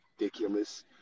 ridiculous